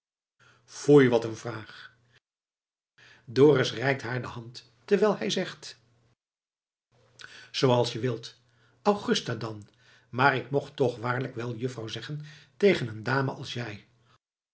foei wat een vraag dorus reikt haar de hand terwijl hij zegt zooals je wilt augusta dan maar k mocht toch waarlijk wel juffrouw zeggen tegen een dame als jij